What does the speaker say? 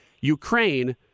Ukraine